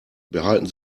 behalten